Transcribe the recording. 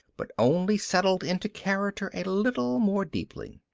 but only settled into character a little more deeply.